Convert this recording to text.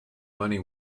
money